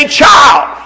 child